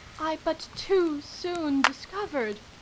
i but too soon discovered.